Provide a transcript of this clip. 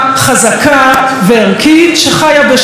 חזקה וערכית שחיה בשלום,